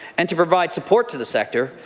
and to provide support to the sector,